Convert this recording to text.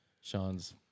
Sean's